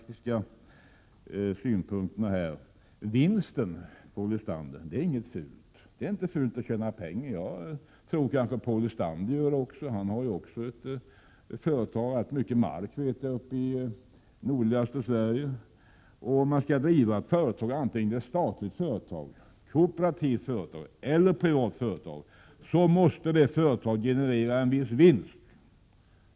Vinster, Paul Lestander, är inget fult, för att övergå till de praktiska synpunkterna. Det är inte fult att tjäna pengar. Det tror jag Paul Lestander gör också. Han har också ett företag, och jag vet att han har rätt mycket mark uppe i nordligaste Sverige. Om man skall driva ett företag, antingen det är statligt, kooperativt eller privat, måste det generera en viss vinst.